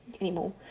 anymore